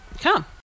come